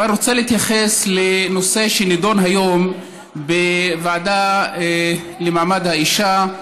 אבל רוצה להתייחס לנושא שנדון היום בוועדה למעמד האישה,